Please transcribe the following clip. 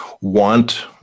want